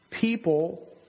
people